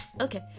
Okay